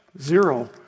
Zero